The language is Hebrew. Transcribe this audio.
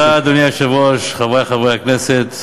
אדוני היושב-ראש, תודה, חברי חברי הכנסת,